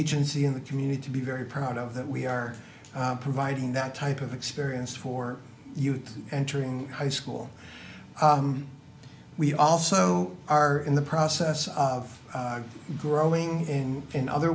agency in the community to be very proud of that we are providing that type of experience for you to entering high school we also are in the process of growing and in other